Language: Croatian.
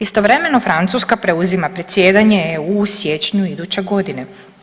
Istovremeno Francuska preuzima predsjedanje EU u siječnju iduće godine.